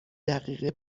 دقیقه